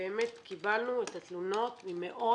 שבאמת קיבלנו את התלונות ממאות.